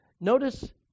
Notice